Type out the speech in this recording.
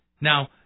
Now